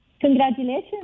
Congratulations